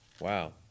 Wow